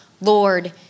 Lord